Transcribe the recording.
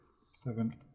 Seven